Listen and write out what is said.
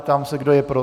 Ptám se, kdo je pro.